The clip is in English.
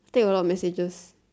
think got a lot of messages